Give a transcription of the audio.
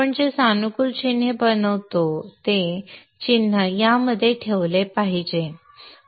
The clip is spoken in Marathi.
आपण जे सानुकूल चिन्हे बनवतो ते चिन्ह यामध्ये ठेवले पाहिजे